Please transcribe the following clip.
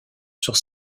sur